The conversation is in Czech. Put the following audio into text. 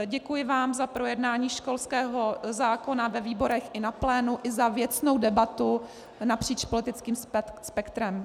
Děkuji vám za projednání školského zákona ve výborech i na plénu i za věcnou debatu napříč politickým spektrem.